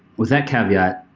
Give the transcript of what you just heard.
with that caveat,